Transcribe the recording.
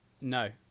no